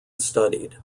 studied